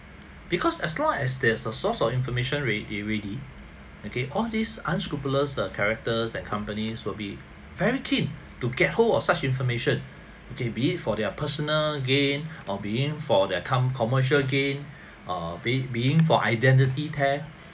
because as long as there's a source of information ready ready okay all these unscrupulous err characters and companies will be very keen to get hold of such information okay be it for their personal gain or be it for their com~ commercial gain or be be it for identity theft